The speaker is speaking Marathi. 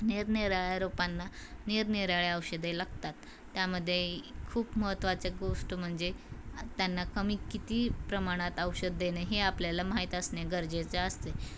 निरनराळ्या रोपांना निरनिराळे औषधे लागतात त्यामध्ये खूप महत्त्वाचे गोष्ट म्हणजे त्यांना कमी किती प्रमाणात औषध देणे हे आपल्याला माहीत असणे गरजेचं असते